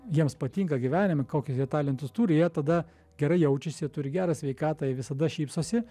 jiems patinka gyvenime kokius jie talentus turi jie tada gerai jaučiasi turi gerą sveikatą jie visada šypsosi